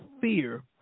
fear